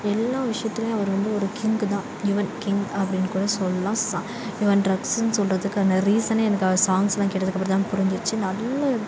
எல்லா விஷயத்துலேயும் அவரு வந்து ஒரு கிங்கு தான் யுவன் கிங் அப்படின்னு கூட சொல்லலாம் சாங் யுவன் ட்ரக்ஸ்னு சொல்கிறதுக்கான அந்த ரீசனே எனக்கு அவர் சாங்ஸ்லாம் கேட்டதுக்கு அப்பறம் தான் புரிஞ்சிச்சு நல்ல